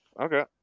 Okay